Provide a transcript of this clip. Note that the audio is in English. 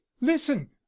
listen